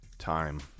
time